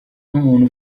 nkumuntu